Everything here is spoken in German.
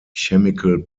chemical